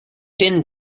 din